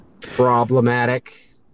problematic